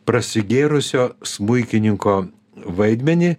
prasigėrusio smuikininko vaidmenį